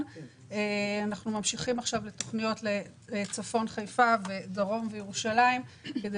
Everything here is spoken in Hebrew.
ממשיכים עכשיו בתוכניות לצפון ולדרום ולירושלים כדי